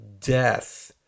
death